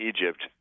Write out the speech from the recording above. Egypt